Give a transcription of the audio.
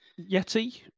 Yeti